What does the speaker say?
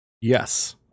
Yes